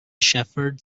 shepherd